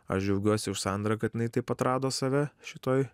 aš džiaugiuosi už sandrą kad jinai taip atrado save šitoj